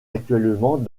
actuellement